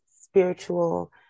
spiritual